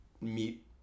meet